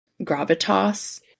gravitas